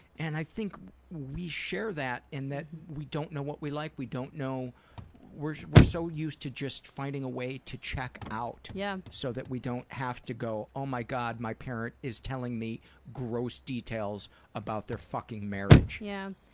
and i think we share that, in that we don't know what we like, we don't know we're we're so used to just finding a way to check out, yeah so that we don't have to go, oh my god, my parent is telling me gross details about their fucking marriage. yeah.